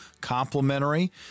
complimentary